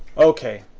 okay,